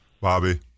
Bobby